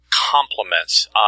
complements